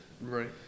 Right